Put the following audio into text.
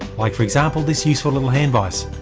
like for example this useful little hand vise.